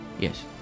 Yes